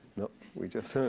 no we just